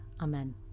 Amen